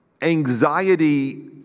anxiety